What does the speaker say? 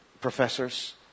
professors